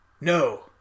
No